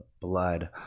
blood